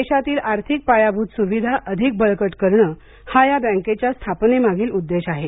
देशातील आर्थिक पायाभूत सुविधा अधिक बळकट करणं हा या बँकेच्या स्थापने मागील उद्देश आहे